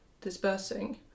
dispersing